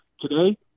Today